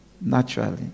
naturally